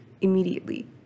immediately